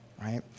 right